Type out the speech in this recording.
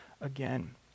again